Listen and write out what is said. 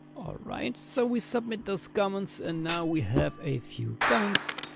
allright so we submit those comments. and now we have a few comments,